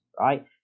right